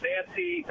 Nancy